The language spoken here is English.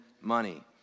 money